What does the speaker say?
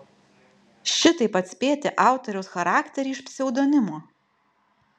šitaip atspėti autoriaus charakterį iš pseudonimo